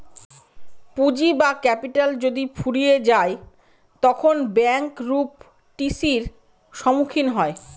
পুঁজি বা ক্যাপিটাল যদি ফুরিয়ে যায় তখন ব্যাঙ্ক রূপ টি.সির সম্মুখীন হয়